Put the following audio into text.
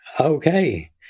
Okay